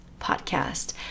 podcast